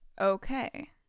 Okay